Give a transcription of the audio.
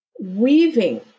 weaving